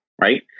right